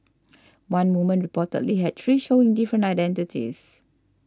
one woman reportedly had three showing different identities